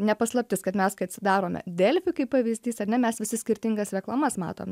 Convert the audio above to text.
ne paslaptis kad mes kai atsidarome delfi kaip pavyzdys ar ne mes visi skirtingas reklamas matom